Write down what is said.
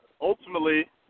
Ultimately